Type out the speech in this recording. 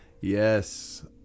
Yes